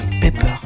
Pepper